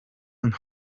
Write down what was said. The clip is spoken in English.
and